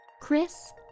Chris